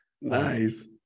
nice